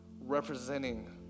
representing